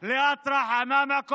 אזרחים,